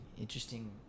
interesting